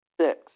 Six